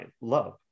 love